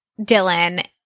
Dylan